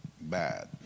bad